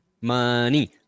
Money